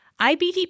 IBD